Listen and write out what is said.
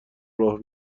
راه